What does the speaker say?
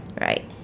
right